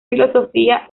filosofía